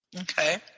Okay